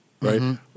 right